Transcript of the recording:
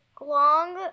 long